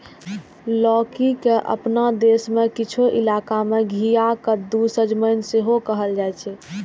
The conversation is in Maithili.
लौकी के अपना देश मे किछु इलाका मे घिया, कद्दू, सजमनि सेहो कहल जाइ छै